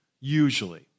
usually